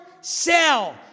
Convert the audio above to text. sell